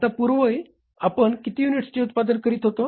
आता पूर्वी आपण किती युनिट्सचे उत्पादन करीत होतो